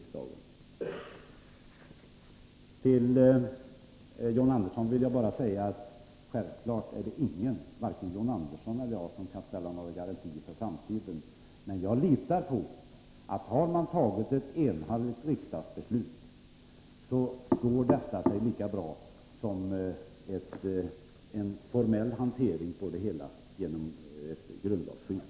Självfallet kan ingen, och således varken John Andersson eller jag, ställa några garantier för framtiden. Men jag litar på att ett enhälligt riksdagsbeslut står sig lika bra som en formell hantering i form av ett grundlagsskydd.